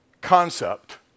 concept